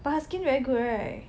but her skin very good right